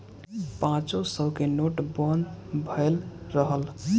पांचो सौ के नोट बंद भएल रहल